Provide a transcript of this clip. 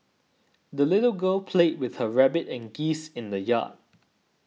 the little girl played with her rabbit and geese in the yard